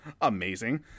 amazing